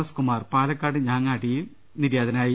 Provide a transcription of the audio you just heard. S Kumar Palakkad ഞാങ്ങാട്ടിരിയിൽ നിര്യാതനാ യി